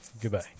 goodbye